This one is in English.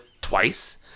twice